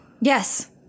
Yes